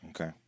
Okay